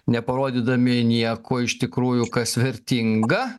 neparodydami nieko iš tikrųjų kas vertinga